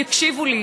יקשיבו לי.